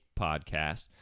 podcast